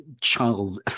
Charles